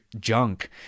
junk